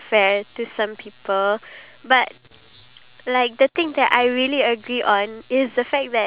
it's just that maybe if you want your pay to rise then you shouldn't blame the government you should blame your